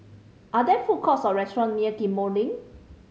are there food courts or restaurants near Ghim Moh Link